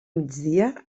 migdia